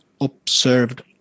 observed